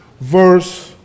verse